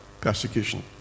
persecution